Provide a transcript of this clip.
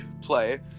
play